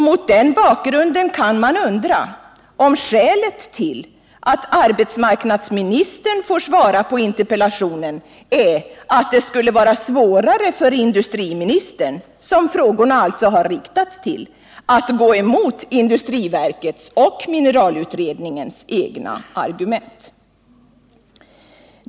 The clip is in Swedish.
Mot den bakgrunden kan man undra om skälet till att arbetsmarknadsministern får svara på interpellationen är att det skulle vara svårare för industriministern — som frågorna alltså riktats till — att gå emot industriverkets och mineralutredningens egna argument.